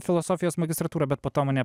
filosofijos magistratūrą bet po to mane